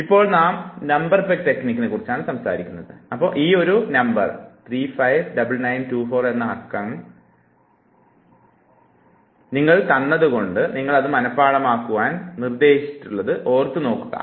ഇപ്പോൾ നാം number peg ടെക്നിക്കിനെ കുറിച്ചാണ് സംസാരിക്കുന്നത് കൂടാതെ 359924 എന്ന അക്കങ്ങളാണ് നിങ്ങൾക്ക് തന്നുകൊണ്ട് നിങ്ങളോട് മനഃപാഠമാക്കുവാൻ നിർദ്ദേശിച്ചിട്ടുള്ളതെന്ന് ഓർക്കുക